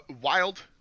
wild